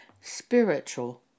spiritual